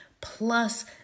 plus